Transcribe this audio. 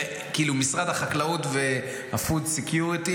משרד החקלאות וה-food security,